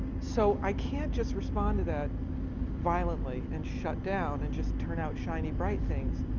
so i can't just respond to that violently and shut down and just turn out shiny bright things.